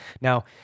Now